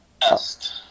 best